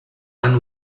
han